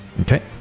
Okay